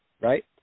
right